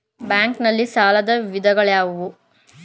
Bank ನಲ್ಲಿ ಸಾಲದ ವಿಧಗಳಾವುವು?